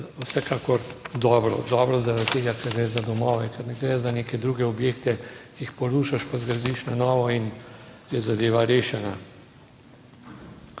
vsekakor dobro, dobro zaradi tega, ker gre za domove, ker ne gre za neke druge objekte, jih porušiš, pa zgradiš na novo in je zadeva rešena.